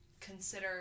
consider